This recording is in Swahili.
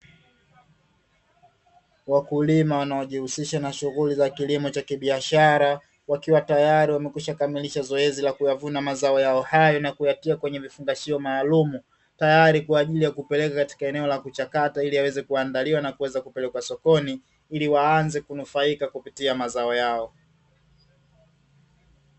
Wakulima wanajihusisha na shughuli za kilimo cha kibiashara, wakiwa tayari wamekwisha kamilisha zoezi la kuyavuna mazao yao hayo na kuyatia kwenye vifungashio maalumu; tayari kwa ajili ya kupeleka katika eneo la kuchakata ili yaweze kuandaliwa na kuweza kupelekwa sokoni, ili waanze kunufaika kupitia mazao yao.